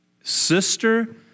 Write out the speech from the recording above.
sister